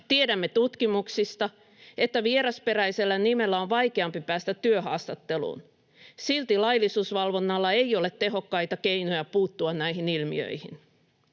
Tiedämme tutkimuksista, että vierasperäisellä nimellä on vaikeampi päästä työhaastatteluun. Silti laillisuusvalvonnalla ei ole tehokkaita keinoja puuttua näihin ilmiöihin.